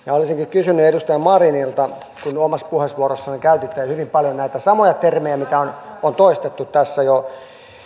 olisinkin kysynyt edustaja marinilta kun omassa puheenvuorossanne käytitte hyvin paljon näitä samoja termejä mitä on toistettu tässä jo